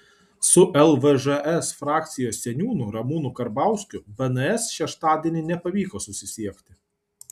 su lvžs frakcijos seniūnu ramūnu karbauskiu bns šeštadienį nepavyko susisiekti